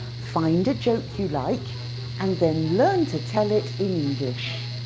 find a joke you like and then learn to tell it in english.